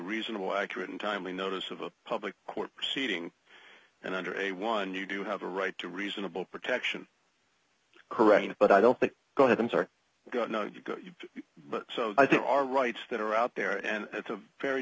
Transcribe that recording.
reasonable accurate and timely notice of a public court proceeding and under a one you do have a right to reasonable protection correct but i don't think going to them sorry no but i think our rights that are out there and it's a very